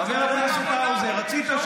והבאתי 1.5 מיליארד שקלים כדי לחזק